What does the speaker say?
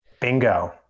Bingo